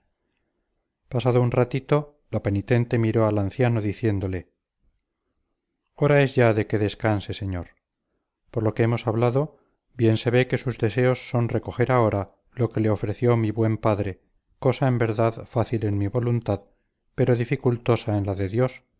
pasado un ratito la penitente miró al anciano diciéndole hora es ya de que descanse señor por lo que hemos hablado bien se ve que sus deseos son recoger ahora lo que le ofreció mi buen padre cosa en verdad fácil en mi voluntad pero dificultosa en la de dios